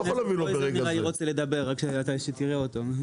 קרויזר נראה לי רוצה לדבר, רק שתראה אותו.